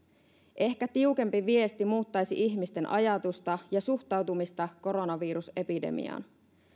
ehkä tiukempi viesti muuttaisi ihmisten ajatusta ja suhtautumista koronavirusepidemiaan